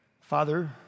Father